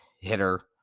hitter